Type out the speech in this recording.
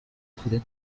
kure